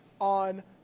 on